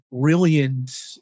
brilliant